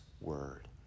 word